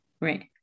right